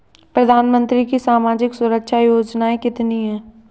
प्रधानमंत्री की सामाजिक सुरक्षा योजनाएँ कितनी हैं?